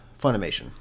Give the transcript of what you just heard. Funimation